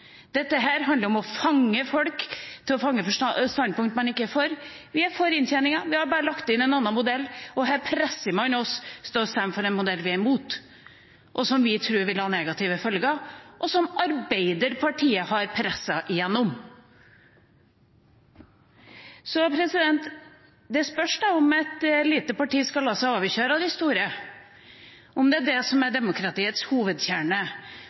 handler om å fange folk til å stemme for standpunkt man ikke er for. Vi er for inntjeningen, vi har bare lagt inn en annen modell, og her presser man oss til å stemme for en modell vi er imot og som vi tror vil ha negative følger, og som Arbeiderpartiet har presset igjennom! Det spørs da om et lite parti skal la seg overkjøre av de store, om det er det som er demokratiets hovedkjerne,